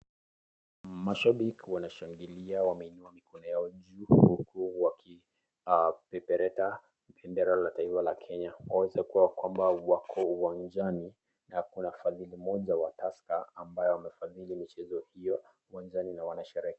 Mashabiki wanashangilia wameinua mikono yao juu huku wakipepereta bendera la taifa la Kenya. Wawezekana kwamba wako uwanjani na kuna fadhili moja wa Taska ambayo wamefadhili michezo hiyo mwenzani na wanasherehekea.